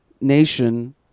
nation